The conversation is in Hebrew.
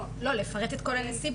לא, לפרט את כל הנסיבות.